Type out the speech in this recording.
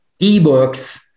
eBooks